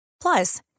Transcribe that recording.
Plus